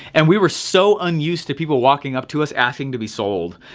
and we were so unused to people walking up to us asking to be sold,